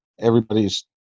everybody's